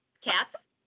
cats